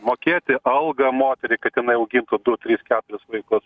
mokėti algą moteriai kad jinai augintų po du tris keturis vaikus